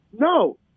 No